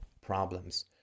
problems